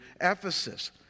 Ephesus